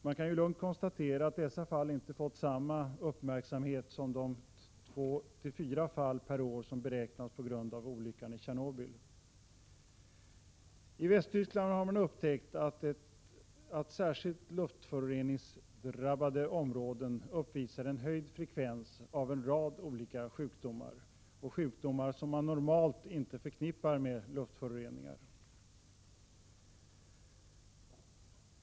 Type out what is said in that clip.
Man kan lugnt konstatera att dessa fall inte fått samma uppmärksamhet som de 2-4 fall per år som beräknas inträffa på grund av olyckan i Tjernobyl. I Västtyskland har man upptäckt att särskilt luftföroreningsdrabbade områden uppvisar en höjd frekvens av en rad olika sjukdomar, även sjukdomar som man normalt inte förknippar med luftföroreningar.